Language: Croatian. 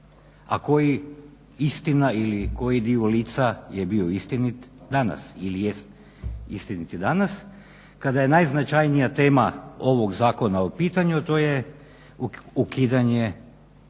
a koji istina ili koji dio lica je bio istinit danas, ili jest istinit danas kada je najznačajnija tema ovog zakona u pitanju, a to je ukidanje